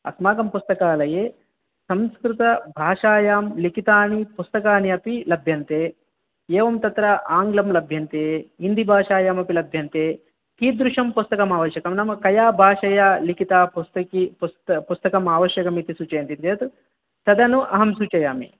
अस्माकं पुस्तकालये संस्कृतभाषायां लिखितानि पुस्तकानि अपि लभ्यन्ते एवं तत्र आङ्ग्लं लभ्यन्ते हिन्दिभाषायामपि लभ्यन्ते कीदृशं पुस्तकम् अवश्यकं नाम कया भाषया लिखिता पुस्तकम् आवश्यकम् इति सूचयन्ति चेत् तदनु अहं सूचयामि